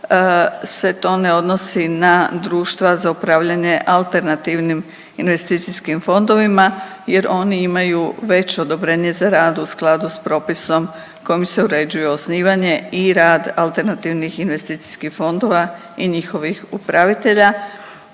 se to ne odnosi na društva za upravljanje alternativnim investicijskim fondovima jer oni imaju već odobrenje za rad u skladu s propisom kojim se uređuje osnivanje i rad alternativnih investicijskih fondova i njihovih upravitelja,